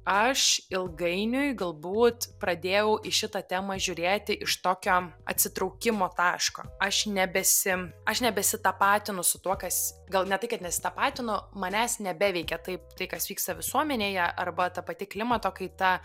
aš ilgainiui galbūt pradėjau į šitą temą žiūrėti iš tokio atsitraukimo taško aš nebesi aš nebesitapatinu su tuo kas gal ne tai kad nesitapatinu manęs nebeveikia taip tai kas vyksta visuomenėje arba ta pati klimato kaita